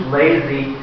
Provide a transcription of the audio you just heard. lazy